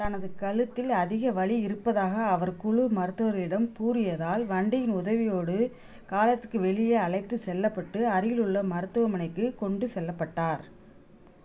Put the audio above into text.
தனது கழுத்தில் அதிக வலி இருப்பதாக அவர் குழு மருத்துவர்களிடம் கூறியதால் வண்டியின் உதவியோடு களத்திற்கு வெளியே அழைத்து செல்லப்பட்டு அருகிலுள்ள மருத்துவமனைக்கு கொண்டு செல்லப்பட்டார்